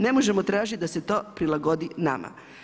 Ne možemo tražiti da se to prilagodi nama.